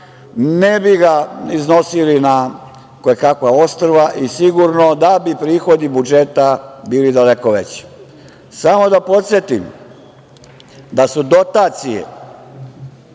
ne bi ga iznosili na koja kakva ostrva i sigurno da bi prihodi budžeta bili daleko veći. Samo da podsetim da su dotacije